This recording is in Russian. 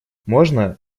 можно